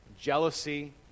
jealousy